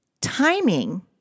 Timing